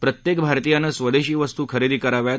प्रत्यक्त भारतीयानं स्वदर्शी वस्तू खरदी कराव्यात